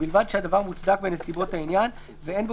ובלבד שהדבר מוצדק בנסיבות העניין ואין בו